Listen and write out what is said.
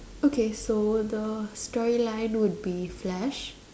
okay so the story line would be flash